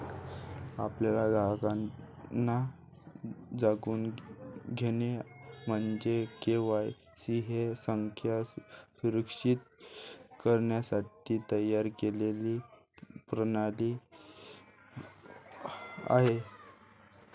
आपल्या ग्राहकांना जाणून घेणे म्हणजे के.वाय.सी ही संस्था सुरक्षित करण्यासाठी तयार केलेली प्रणाली आहे